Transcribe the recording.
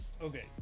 Okay